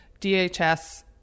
DHS